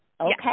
okay